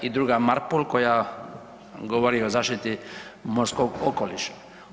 I druga Marpol koja govori o zaštiti morskog okoliša.